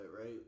right